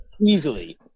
easily